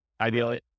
ideally